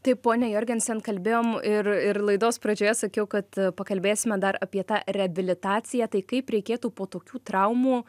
taip ponia jorgensen kalbėjom ir ir laidos pradžioje sakiau kad pakalbėsime dar apie tą reabilitaciją tai kaip reikėtų po tokių traumų